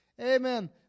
Amen